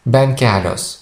bent kelios